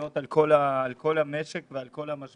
משפיעות על כל המשק ועל כל המשבר,